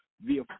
via